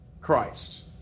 Christ